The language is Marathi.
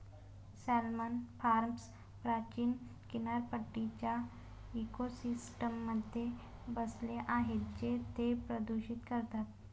सॅल्मन फार्म्स प्राचीन किनारपट्टीच्या इकोसिस्टममध्ये बसले आहेत जे ते प्रदूषित करतात